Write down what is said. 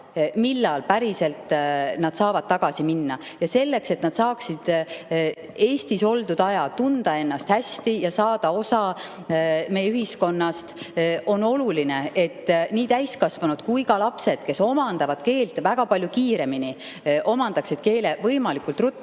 millal päriselt nad saavad tagasi minna. Selleks, et nad saaksid Eestis oldud ajal tunda ennast hästi ja saada osa meie ühiskonnast, on oluline, et nii täiskasvanud kui ka lapsed, kes omandavad keelt palju kiiremini, omandaksid keele võimalikult ruttu